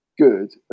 good